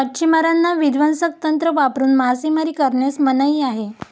मच्छिमारांना विध्वंसक तंत्र वापरून मासेमारी करण्यास मनाई होती